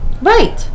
Right